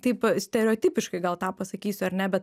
taip stereotipiškai gal tą pasakysiu ar ne bet